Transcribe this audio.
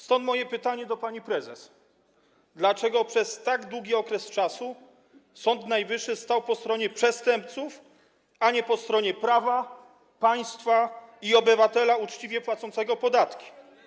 Stąd moje pytanie do pani prezes: Dlaczego przez tak długi okres Sąd Najwyższy stał po stronie przestępców, a nie po stronie prawa, państwa i obywatela uczciwie płacącego podatki?